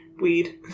Weed